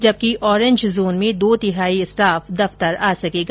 जबकि orange zone में दो तिहाई स्टाफ दफ्तर आ सकेगा